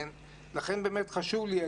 לכן באמת חשוב לי.